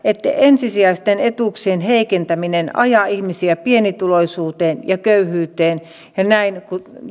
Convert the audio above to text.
että ensisijaisten etuuksien heikentäminen ajaa ihmisiä pienituloisuuteen ja köyhyyteen